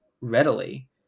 readily